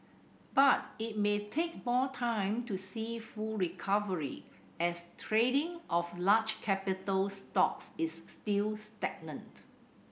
but it may take more time to see full recovery as trading of large capital stocks is still stagnant